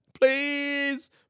please